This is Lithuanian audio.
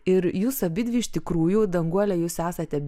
ir jūs abidvi iš tikrųjų danguole jūs esate